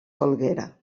folguera